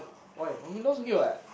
why one million is okay [what]